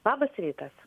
labas rytas